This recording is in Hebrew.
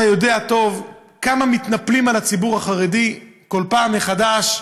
אתה יודע טוב כמה מתנפלים על הציבור החרדי כל פעם מחדש: